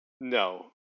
No